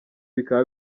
bikaba